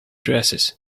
dresses